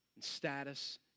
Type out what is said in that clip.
status